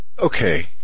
Okay